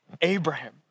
Abraham